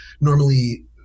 normally